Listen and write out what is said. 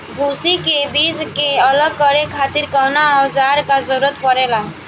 भूसी से बीज के अलग करे खातिर कउना औजार क जरूरत पड़ेला?